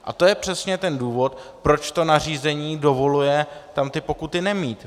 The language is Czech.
A to je přesně ten důvod, proč to nařízení dovoluje tam ty pokuty nemít.